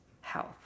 health